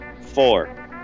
Four